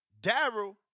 Daryl